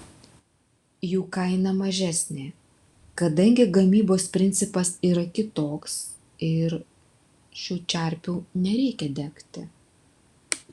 jų kaina mažesnė kadangi gamybos principas yra kitoks ir šių čerpių nereikia degti